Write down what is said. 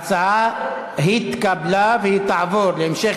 ההצעה להעביר את הצעת חוק ההוצאה לפועל (תיקון,